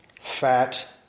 Fat